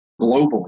globally